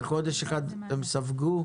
וחודש אחד הם ספגו?